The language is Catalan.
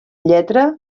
lletra